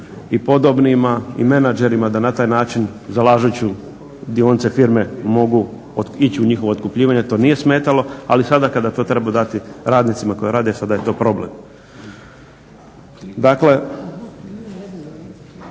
i podobnima i menadžerima da na taj način zalažući dionice firme mogu ići u njihovo otkupljivanje to nije smetalo, ali sada kada to treba dati radnicima koji rade sada je to problem.